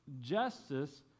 justice